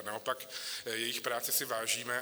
Naopak, jejich práce si vážíme.